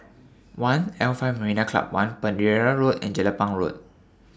one'L five Marina Club one Pereira Road and Jelapang Road